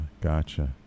Gotcha